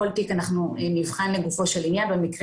כל תיק אנחנו נבחן לגופו של עניין ובמקרים